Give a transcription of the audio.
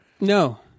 No